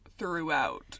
Throughout